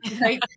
Right